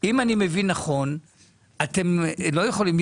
אם אני מבין נכון אתם לא יכולים,